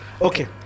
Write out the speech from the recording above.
Okay